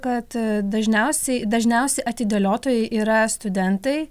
kad dažniausiai dažniausi atidėliotojai yra studentai